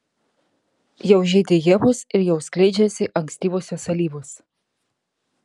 jau žydi ievos ir jau skleidžiasi ankstyvosios alyvos